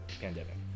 pandemic